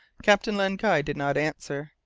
captain len guy did not answer,